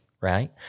right